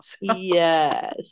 Yes